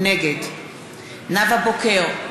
נגד נאוה בוקר,